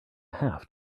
half